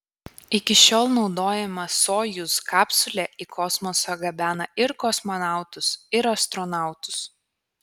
iki šiol naudojama sojuz kapsulė į kosmosą gabena ir kosmonautus ir astronautus